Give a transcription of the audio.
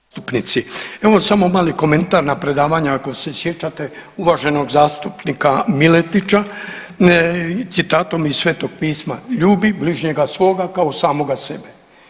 zastupnici imam samo mali komentar na predavanje ako se sjećate uvaženog zastupnika Miletića citatom iz Svetog pisma: „Ljubi bližnjega svoga kao samoga sebe“